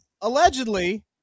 allegedly